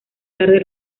tarde